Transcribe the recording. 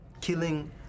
Killing